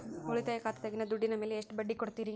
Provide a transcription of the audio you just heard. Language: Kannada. ಉಳಿತಾಯ ಖಾತೆದಾಗಿನ ದುಡ್ಡಿನ ಮ್ಯಾಲೆ ಎಷ್ಟ ಬಡ್ಡಿ ಕೊಡ್ತಿರಿ?